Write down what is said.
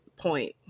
point